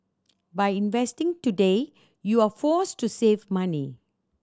by investing today you're forced to save money